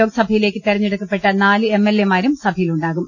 ലോക്സഭയിലേക്ക് തെരഞ്ഞെടുക്കപ്പെട്ട നാല് എം എൽ എ മാരും സഭയിലുണ്ടാകും